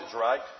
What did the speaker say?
right